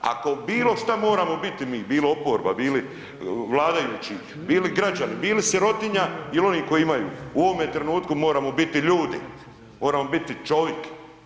Ako bilo šta moramo biti mi, bilo oporba, bili vladajući, bili građani, bili sirotinja ili oni koji imaju u ovome trenutku moramo biti ljudi, moramo biti čovjek.